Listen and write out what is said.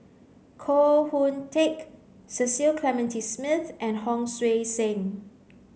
Koh Hoon Teck Cecil Clementi Smith and Hon Sui Sen